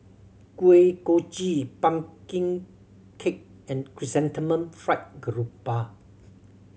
Kuih Kochi pumpkin cake and Chrysanthemum Fried Garoupa